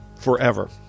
forever